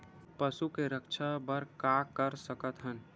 पशु के रक्षा बर का कर सकत हन?